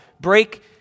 break